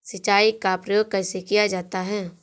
सिंचाई का प्रयोग कैसे किया जाता है?